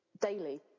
daily